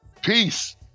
peace